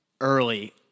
early